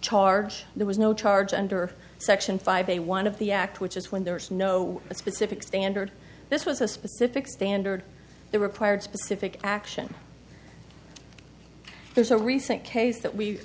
charge there was no charge under section five a one of the act which is when there was no specific standard this was a specific standard they required specific action there's a recent case that we